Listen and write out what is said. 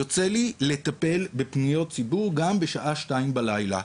יוצא לי לטפל בפניות ציבור גם בשעה שתיים בלילה.